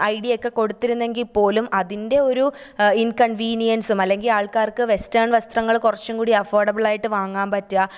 idea ഒക്കെ കൊടുത്തിരുന്നെങ്കിൽ പോലും അതിൻ്റെ ഒരു ഇൻ കൺവീന്യൻസും അല്ലെങ്കിൽ ആൾക്കാർക്ക് വെസ്റ്റേൺ വസ്ത്രങ്ങള് കുറച്ചും കൂടി അഫോഡബിളായിട്ട് വാങ്ങാൻ പറ്റും